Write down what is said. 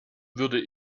würde